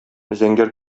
зәңгәр